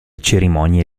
cerimonie